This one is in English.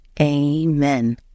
Amen